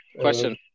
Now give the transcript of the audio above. question